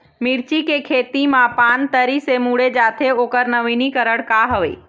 मिर्ची के खेती मा पान तरी से मुड़े जाथे ओकर नवीनीकरण का हवे?